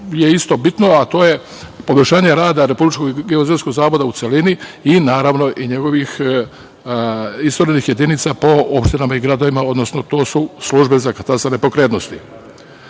je bitno, a to je poboljšanje rada Republičkog geodetskog zavoda u celini i njegovih isturenih jedinica po opštinama i gradovima, odnosno to su službe za katastar nepokretnosti. Ovaj